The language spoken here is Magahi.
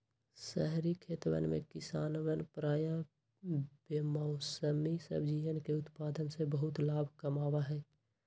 शहरी खेतवन में किसवन प्रायः बेमौसमी सब्जियन के उत्पादन से बहुत लाभ कमावा हई